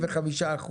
35%,